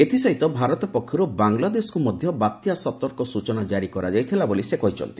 ଏଥିସହିତ ଭାରତ ପକ୍ଷରୁ ବାଂଲାଦେଶକୁ ମଧ୍ୟ ବାତ୍ୟା ସତର୍କ ସ୍ୱଚନା ଜାରି କରାଯାଇଥିଲା ବୋଲି ସେ କହିଛନ୍ତି